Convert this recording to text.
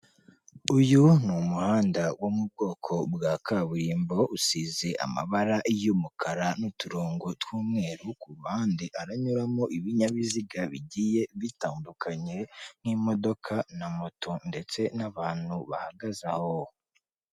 Uyu ni umuhanda wo mu bwoko bwa kaburimbo, usize amabara y'umukara n'uturongo tw'umweru, ku ruhande haranyuramo ibinyabiziga bigiye bitandukanye nk'imodoka na moto ndetse n'abantu bahagaze aho.